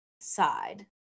side